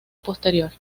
posterior